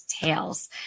tales